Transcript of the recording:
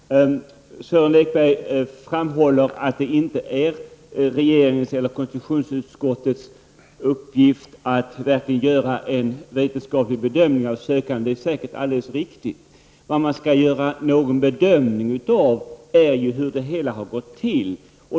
Herr talman! Sören Lekberg framhåller att det inte är vare sig regeringens eller konstitutionsutskottets uppgift att göra en vetenskaplig bedömning av de sökande. Det är säkert alldeles riktigt. Vad man skall bedöma är ju hur det hela har gått till.